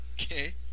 Okay